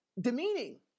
demeaning